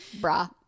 bra